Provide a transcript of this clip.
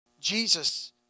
Jesus